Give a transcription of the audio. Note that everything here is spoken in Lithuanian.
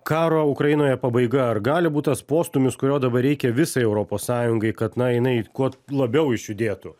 karo ukrainoje pabaiga ar gali būt tas postūmis kurio dabar reikia visai europos sąjungai kad na jinai kuo labiau išjudėtų